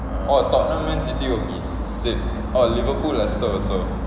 oh tottenham man city will be sick oh liverpool leicester also